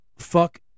fuck